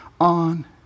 on